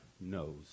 knows